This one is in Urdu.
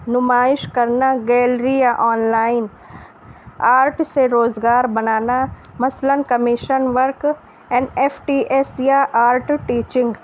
نمائش کرنا گیلری یا آن لائن آرٹ سے روزگار بنانا مثلاً commission work N F T S یا آرٹ ٹیچنگ